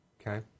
Okay